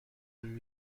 and